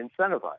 incentivized